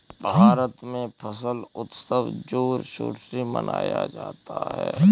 भारत में फसल उत्सव जोर शोर से मनाया जाता है